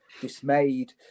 dismayed